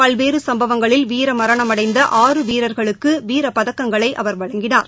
பல்வேறுசம்பவங்களில் வீரமரணமடைந்த ஆறு வீரர்களுக்குவீரபதக்கங்களைஅவர் வழங்கினார்